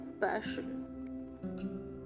passion